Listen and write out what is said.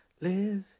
Live